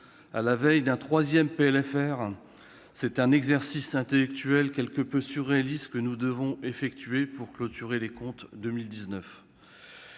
finances rectificative, c'est un exercice intellectuel quelque peu surréaliste que nous devons effectuer pour clôturer les comptes de 2019.